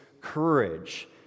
courage